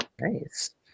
Nice